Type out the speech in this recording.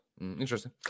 interesting